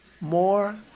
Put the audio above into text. More